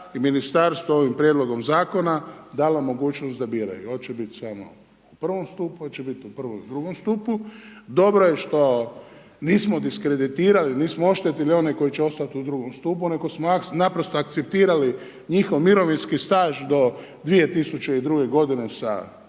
i Ministarstvo ovim Prijedlogom Zakona dala mogućnost da biraju, hoće bit samo u prvom stupu, hoće bit u prvom i drugom stupu, dobro je što nismo diskreditirali, nismo oštetili one koji će ostati u drugom stupu, nego smo naprosto akceptirali njihov mirovinski staž do 2002. godine sa jednim